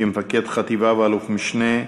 כמפקד חטיבה ואלוף-משנה,